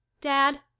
Dad